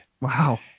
Wow